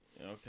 Okay